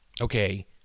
Okay